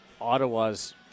Ottawa's